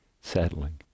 settling